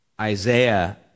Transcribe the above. Isaiah